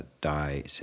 die